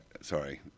sorry